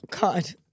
God